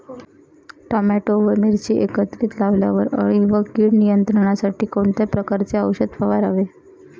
Tomato व मिरची एकत्रित लावल्यावर अळी व कीड नियंत्रणासाठी कोणत्या प्रकारचे औषध फवारावे?